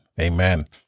Amen